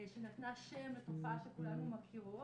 שנתנה שם לתופעה שכולנו מכירות.